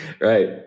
right